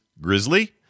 Grizzly